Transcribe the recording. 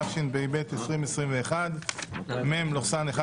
התשפ"ב 2021 (מ/1449),